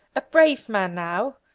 a brave man, now!